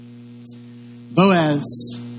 Boaz